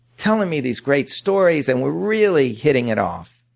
telling me these great stories, and we're really hitting it off.